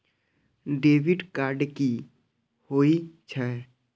Debit card कि होई छै?